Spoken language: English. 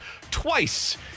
twice